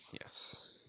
Yes